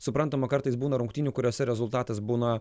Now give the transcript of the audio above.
suprantama kartais būna rungtynių kuriose rezultatas būna